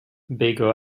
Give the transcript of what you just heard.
beagle